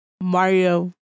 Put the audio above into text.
Mario